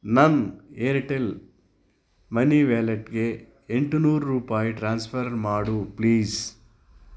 ನನ್ನ ಏರ್ಟೆಲ್ ಮನಿ ವ್ಯಾಲೆಟ್ಗೆ ಎಂಟು ನೂರು ರೂಪಾಯಿ ಟ್ರಾನ್ಸ್ಫರ್ ಮಾಡು ಪ್ಲೀಸ್